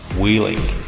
wheeling